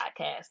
podcast